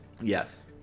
Yes